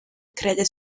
crede